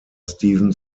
steven